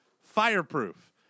Fireproof